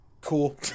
Cool